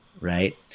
right